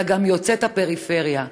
אלא גם יוצאת הפריפריה.